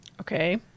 Okay